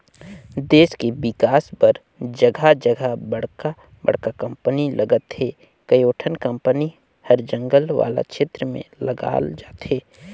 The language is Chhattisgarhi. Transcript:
देस के बिकास बर जघा जघा बड़का बड़का कंपनी लगत हे, कयोठन कंपनी हर जंगल वाला छेत्र में लगाल जाथे